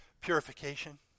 purification